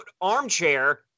armchair